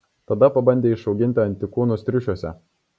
tada pabandė išauginti antikūnus triušiuose